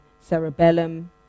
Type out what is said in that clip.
cerebellum